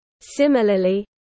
Similarly